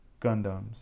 Gundams